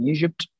Egypt